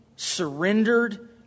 surrendered